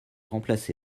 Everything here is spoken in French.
remplacé